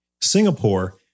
Singapore